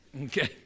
Okay